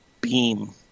beam